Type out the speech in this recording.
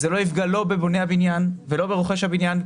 זה לא יפגע לא בבונה הבניין ולא ברוכש הבניין.